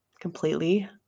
completely